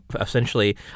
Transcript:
essentially